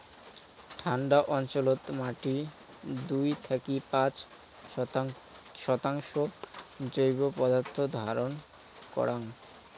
ঠান্ডা অঞ্চলত মাটি দুই থাকি পাঁচ শতাংশ জৈব পদার্থ ধারণ করাং